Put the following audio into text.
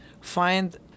find